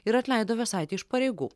ir atleido vėsaitę iš pareigų